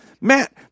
Matt